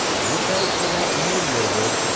look out for that man you're with,